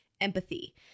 empathy